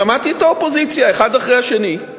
שמעתי את האופוזיציה, אחד אחרי השני.